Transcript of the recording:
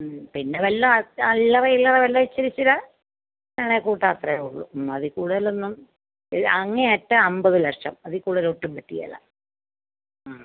മ്മ് പിന്നെ വല്ല അല്ലറ ചില്ലറ വല്ല ഇച്ചിരി ഇച്ചിര വേണമെങ്കിൽ കൂട്ടം അത്രേ ഉള്ളൂ മ്മ് അതിൽ കൂടുതലൊന്നും കൂടുതലൊന്നും അങ്ങേയറ്റം അമ്പത് ലക്ഷം അതിൽ കൂടുതലൊട്ടും പറ്റുകേല മ്